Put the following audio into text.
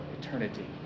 eternity